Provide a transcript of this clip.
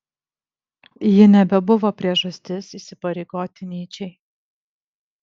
ji nebebuvo priežastis įsipareigoti nyčei